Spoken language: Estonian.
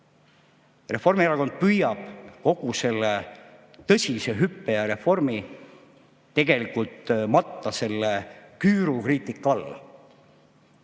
Reformierakond püüab kogu selle tõsise hüppe ja reformi tegelikult matta selle küüru kriitika alla.